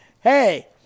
Hey